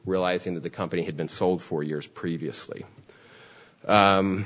realizing that the company had been sold for years previously